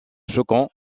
choquant